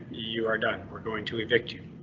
you are done. we're going to evict you.